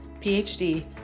PhD